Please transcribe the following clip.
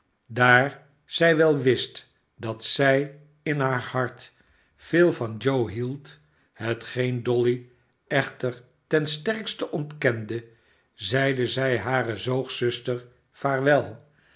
daar zij wel wist dat zij in haar hart veel van joe hield hetgeen dolly echter ten sterkste ontkende zeide zij hare zoogzuster vaarwel